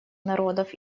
народов